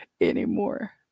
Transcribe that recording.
anymore